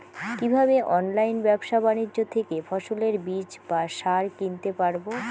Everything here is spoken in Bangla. কীভাবে অনলাইন ব্যাবসা বাণিজ্য থেকে ফসলের বীজ বা সার কিনতে পারবো?